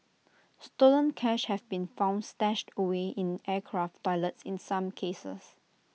stolen cash have been found stashed away in aircraft toilets in some cases